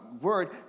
word